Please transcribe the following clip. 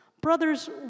brothers